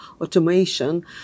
automation